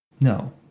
No